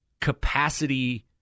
capacity